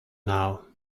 now